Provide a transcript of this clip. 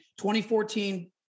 2014